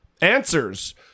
answers